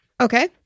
Okay